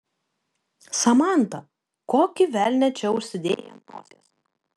samanta kokį velnią čia užsidėjai ant nosies